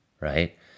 right